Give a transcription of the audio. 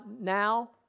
now